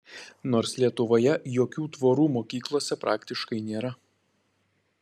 nors lietuvoje jokių tvorų mokyklose praktiškai nėra